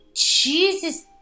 Jesus